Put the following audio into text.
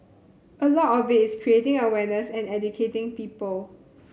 a lot of it is creating awareness and educating people